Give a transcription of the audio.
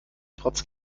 trotz